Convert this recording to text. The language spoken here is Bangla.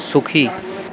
সুখী